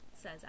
says